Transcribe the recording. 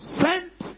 sent